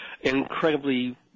incredibly